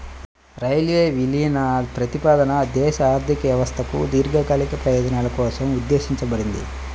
railway విలీన ప్రతిపాదన దేశ ఆర్థిక వ్యవస్థకు దీర్ఘకాలిక ప్రయోజనాల కోసం ఉద్దేశించబడింది